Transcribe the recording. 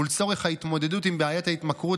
ולצורך ההתמודדות עם בעיית ההתמכרות